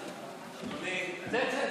צא.